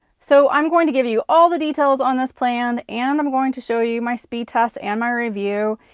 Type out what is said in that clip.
so, i'm going to give you all the details on this plan, and i'm going to show you my speed test and my review,